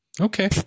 Okay